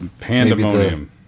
pandemonium